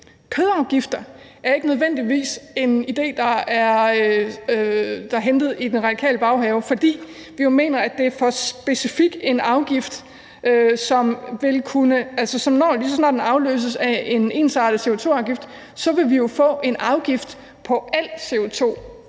Kødafgifter er ikke nødvendigvis en idé, der er hentet i den radikale baghave, da vi jo mener, at det er for specifik en afgift. Lige så snart den afløses af en ensartet CO2-afgift, vil vi jo få en afgift på al CO2,